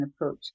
approach